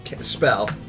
spell